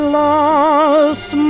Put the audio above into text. lost